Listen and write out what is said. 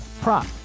prop